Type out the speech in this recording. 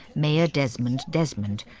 mayor desmond desmond,